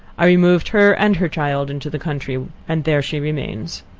i removed her and her child into the country, and there she remains.